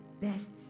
best